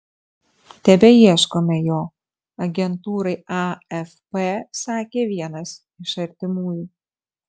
tebeieškome jo agentūrai afp sakė vienas iš artimųjų